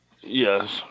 Yes